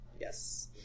Yes